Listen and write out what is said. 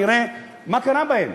נראה מה קרה בהם,